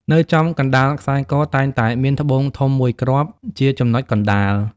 នៅចំកណ្តាលខ្សែក តែងតែមានត្បូងធំមួយគ្រាប់ជាចំណុចកណ្តាល។